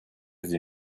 sie